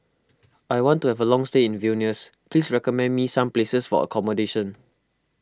I want to have a long stay in Vilnius please recommend me some places for accommodation